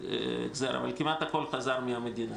אבל כמעט הכול חזר מהמדינה.